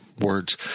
words